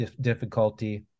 difficulty